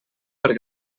per